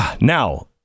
Now